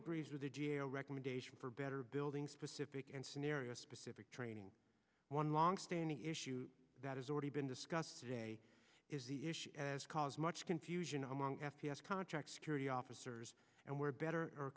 agrees with the g a o recommendation for better building specific and scenario specific training one long standing issue that has already been discussed today is the issue as cause much confusion among f p s contract security officers and where better